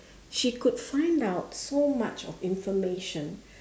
she could find out so much of information